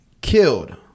killed